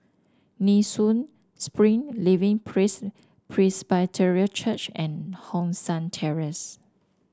Nee Soon Spring Living Praise Presbyterian Church and Hong San Terrace